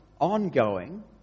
ongoing